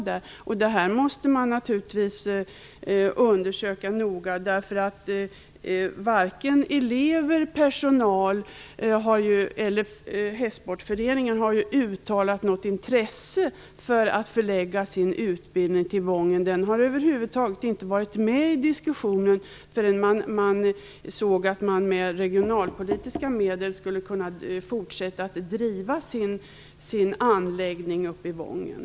Det här måste man naturligtvis undersöka noga, därför att varken elever, personal eller Hästsportföreningen har uttalat något intresse för att förlägga sin utbildning till Wången. Stiftelsen har över huvud taget inte varit med i diskussionen förrän man såg att man med regionalpolitiska medel skulle kunna fortsätta att driva sin anläggning i Wången.